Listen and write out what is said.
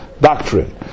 doctrine